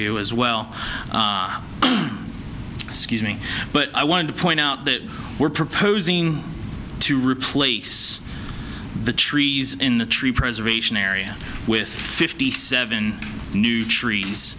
you as well scuse me but i wanted to point out that we're proposing to replace the trees in the tree preservation area with fifty seven new trees